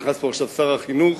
נכנס פה עכשיו שר החינוך,